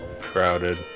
Crowded